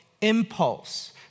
impulse